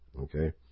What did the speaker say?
Okay